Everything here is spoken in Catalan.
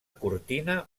cortina